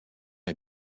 est